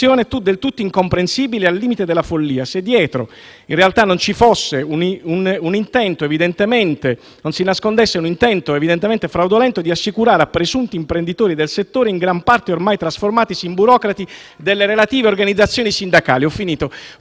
del tutto incomprensibile, al limite della follia, se dietro in realtà non si nascondesse l'intento evidentemente fraudolento di assicurare a presunti imprenditori del settore, in gran parte ormai trasformatisi in burocrati delle relative organizzazioni sindacali, fondi